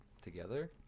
together